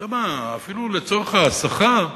אפילו לצורך ההסחה יכולנו,